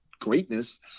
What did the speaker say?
greatness